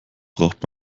braucht